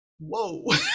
whoa